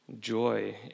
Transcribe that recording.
joy